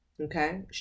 Okay